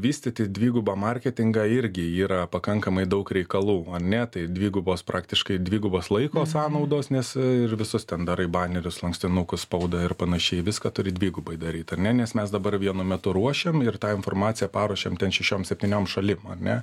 vystyti dvigubą marketingą irgi yra pakankamai daug reikalų ane tai dvigubos praktiškai dvigubos laiko sąnaudos nes ir visus ten darai banerius lankstinukus spaudą ir panašiai viską turi dvigubai daryt ar ne nes mes dabar vienu metu ruošiam ir tą informaciją paruošiam ten šešiom septyniom šalim ar ne